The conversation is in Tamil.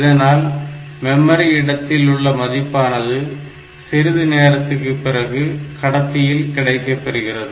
இதனால் மெமரி இடத்தில் உள்ள மதிப்பானது சிறிது நேரத்துக்குப் பிறகு கடத்தியில் கிடைக்கப்பெறுகிறது